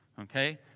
Okay